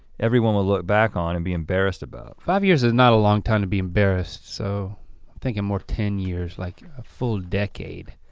everyone will look back on and be embarrassed about? five years is not a long time to be embarrassed, so i'm thinking more ten years, like a full decade.